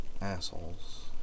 assholes